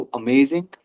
amazing